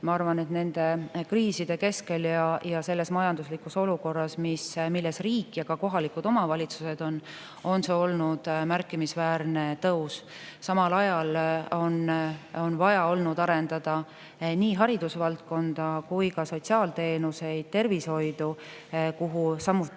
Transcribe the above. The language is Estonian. Ma arvan, et nende kriiside keskel ja selles majanduslikus olukorras, milles on riik ja kohalikud omavalitsused, on see olnud märkimisväärne tõus. Samal ajal on vaja olnud arendada nii haridusvaldkonda kui ka sotsiaalteenuseid, tervishoidu, kuhu samuti